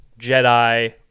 Jedi